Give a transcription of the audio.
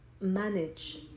manage